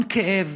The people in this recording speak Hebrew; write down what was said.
המון כאב.